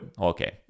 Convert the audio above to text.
okay